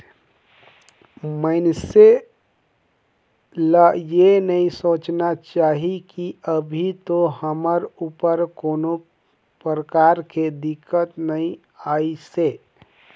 मइनसे ल ये नई सोचना चाही की अभी तो हमर ऊपर कोनो परकार के दिक्कत नइ आइसे